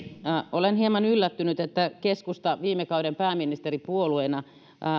olen hieman yllättynyt että keskusta viime kauden pääministeripuolueena